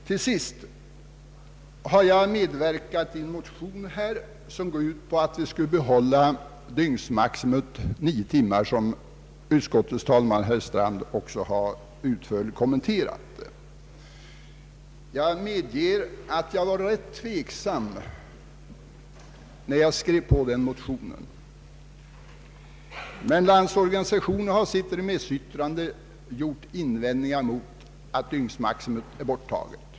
Jag har medverkat till en motion som går ut på att vi skulle behålla dygnsmaximum nio timmar, ett förslag som utskottets talesman herr Strand också utförligt kommenterat. Jag medger att jag var rätt tveksam när jag skrev på den motionen. Men LO har i sitt remissyttrande gjort invändningar mot att dygnsmaximum är borttaget.